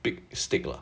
big steak lah